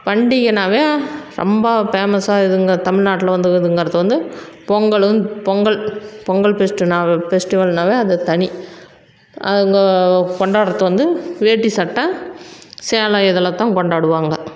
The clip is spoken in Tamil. பண்டிகைனாவே ரொம்ப ஃபேமஸாக இதுங்க தமிழ் நாட்டில் வந்து இதுங்கிறது வந்து பொங்கலும் பொங்கல் பொங்கல் ஃபெஸ்ட்டுனா ஃபெஸ்ட்டிவல்னாவே அது தனி அதுங்க கொண்டாடுறது வந்து வேட்டி சட்டை சேலை இதில் தான் கொண்டாடுவாங்க